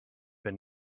been